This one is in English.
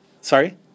Sorry